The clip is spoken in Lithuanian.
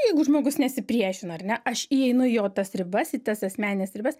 jeigu žmogus nesipriešina ar ne aš įeinu į jo tas ribas į tas asmenines ribas